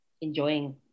enjoying